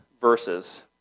verses